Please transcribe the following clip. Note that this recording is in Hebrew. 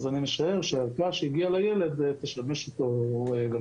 אני משער שהערכה שהגיעה לילד תשמש אותו גם